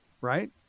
right